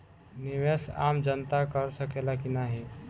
निवेस आम जनता कर सकेला की नाहीं?